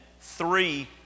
three